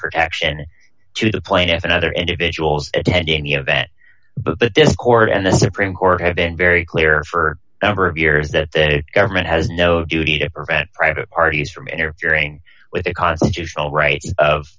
rotection to the plaintiff and other individuals attending the event but this court and the supreme court have been very clear for number of years that the government has no duty to prevent private parties from interfering with the constitutional rights of